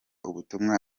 ubutumwa